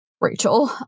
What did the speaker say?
Rachel